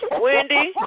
Wendy